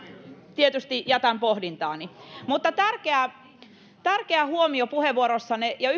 tietysti jätän pohdintaani mutta tärkeä huomio puheenvuorossanne ja